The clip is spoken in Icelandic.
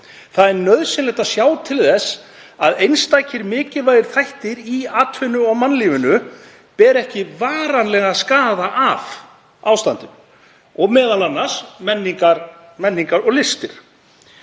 það er nauðsynlegt að sjá til þess að einstakir mikilvægir þættir í atvinnu- og mannlífinu beri ekki varanlegan skaða af ástandinu, m.a. menning og listir.